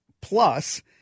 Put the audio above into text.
plus –